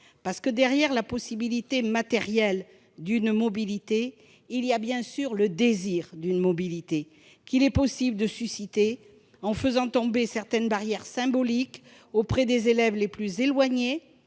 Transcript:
effet, derrière la possibilité matérielle d'une mobilité, il y a aussi le désir de celle-ci, qu'il est possible de susciter en faisant tomber certaines barrières symboliques auprès des élèves les plus éloignés,